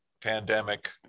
pandemic